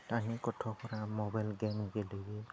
दानि गथ'फोरा mobile game गेलेयो